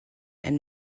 and